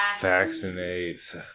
Vaccinate